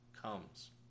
comes